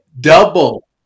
double